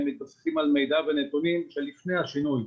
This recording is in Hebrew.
מתבססים על מידע ונתונים של לפני השינוי,